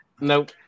Nope